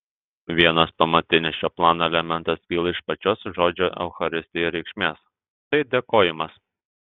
vienas pamatinis šio plano elementas kyla iš pačios žodžio eucharistija reikšmės tai dėkojimas